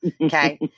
Okay